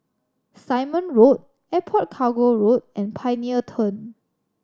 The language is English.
Simon Road Airport Cargo Road and Pioneer Turn